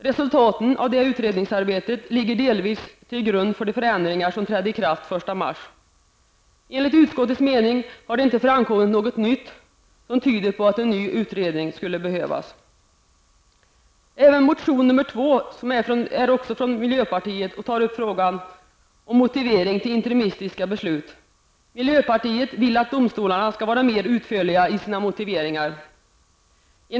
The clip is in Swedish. Resultaten av det utredningsarbetet ligger delvis till grund för de förändringar som trädde i kraft den 1 mars. Enligt utskottets mening har det inte framkommit något nytt som tyder på att en ny utredning skulle behövas. Även den andra motionen är från miljöpartiet och tar upp frågan om motivering till interimistiska beslut. Miljöpartiet vill att domstolarna skall vara mer utförliga i sina motiveringar.